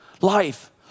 life